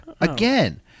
again